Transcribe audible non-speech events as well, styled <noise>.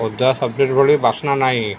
ଅଧା <unintelligible> ଭଳି ବାସ୍ନା ନାହିଁ